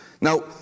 Now